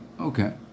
okay